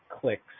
clicks